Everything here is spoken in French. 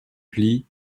plis